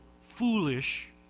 foolish